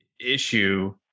issue